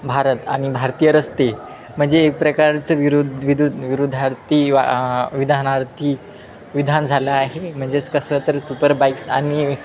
भारत आणि भारतीय रस्ते म्हणजे एक प्रकारचं विरुद्ध विदुद्ध विरुद्धार्थी विधा विधान झालं आहे म्हणजेच कसं तर सुपर बाईक्स आणि